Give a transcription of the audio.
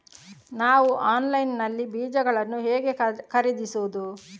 ನಾವು ಆನ್ಲೈನ್ ನಲ್ಲಿ ಬೀಜಗಳನ್ನು ಹೇಗೆ ಖರೀದಿಸುವುದು?